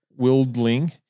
Wildling